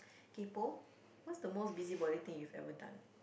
kaypo what's the most busybody thing you've ever done